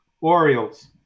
Orioles